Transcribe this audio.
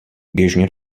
běžně